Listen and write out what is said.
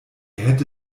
hätte